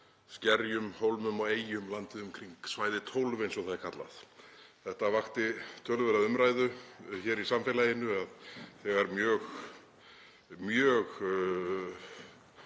skerjum, hólmum og eyjum landið um kring, svæði 12 eins og það er kallað. Það vakti töluverða umræðu hér í samfélaginu þegar mjög miklar